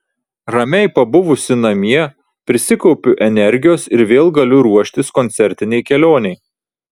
ramiai pabuvusi namie prisikaupiu energijos ir vėl galiu ruoštis koncertinei kelionei